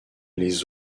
les